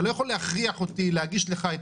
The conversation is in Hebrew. אתה לא יכול להכריח אותי להגיש לך את